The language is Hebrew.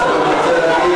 אתה רוצה להגיב?